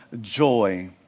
joy